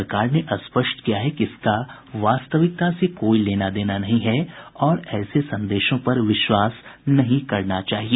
सरकार ने स्पष्ट किया है कि इसका वास्तविकता से कोई लेना देना नहीं है और ऐसे संदेशों पर विश्वास नहीं करना चाहिए